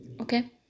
Okay